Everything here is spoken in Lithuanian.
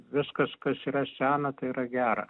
viskas kas yra sena tai yra gera